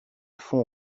font